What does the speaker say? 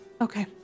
Okay